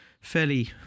fairly